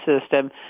system